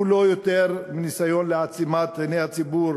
הוא לא יותר מניסיון לעצימת עיני הציבור